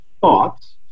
thoughts